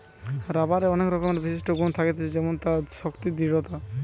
রাবারের অনেক রকমের বিশিষ্ট গুন থাকতিছে যেমন তার শক্তি, দৃঢ়তা